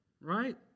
right